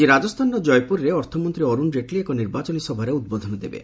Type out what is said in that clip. ଆଜି ରାଜସ୍ଥାନର ଜୟପୁରରେ ଅର୍ଥମନ୍ତ୍ରୀ ଅରୁଣ ଜେଟ୍ଲୀ ଏକ ନିର୍ବାଚନୀ ସଭାରେ ଉଦ୍ବୋଧନ ଦେବେ